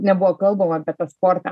nebuvo kalbama apie tą sportą